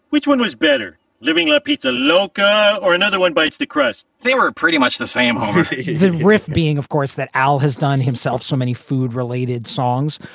which one was better living with peter loka or another one bites the crust? they were pretty much the same ah the riff being, of course, that al has done himself. so many food related songs.